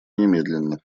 немедленно